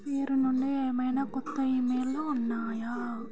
పేరు నుండి ఏమైనా కొత్త ఈమైళ్ళు ఉన్నాయా